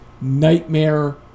nightmare